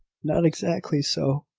not exactly so.